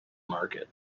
market